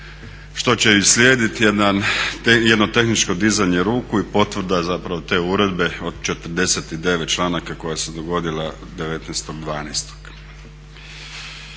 što će slijediti jedno tehničko dizanje ruku i potvrda zapravo te uredbe od 49 članaka koja se dogodila 19.12.